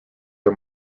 are